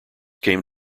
came